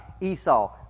Esau